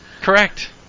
Correct